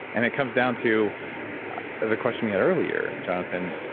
and it comes down to the question we had earlier, jonathan.